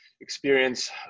experience